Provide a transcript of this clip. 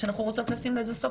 שאנחנו רוצות לשים לזה סוף.